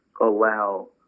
allow